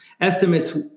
estimates